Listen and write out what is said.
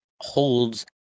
holds